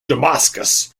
damascus